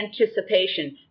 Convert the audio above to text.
anticipation